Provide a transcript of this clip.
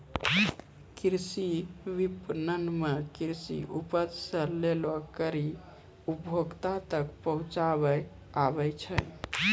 कृषि विपणन मे कृषि उपज से लै करी उपभोक्ता तक पहुचाबै आबै छै